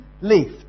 left